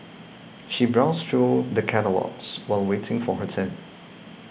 she browsed through the catalogues while waiting for her turn